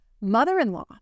mother-in-law